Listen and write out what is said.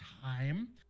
time